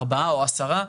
ארבעה או עשרה,